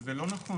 --- זה לא נכון.